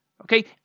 okay